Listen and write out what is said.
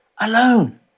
alone